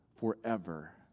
forever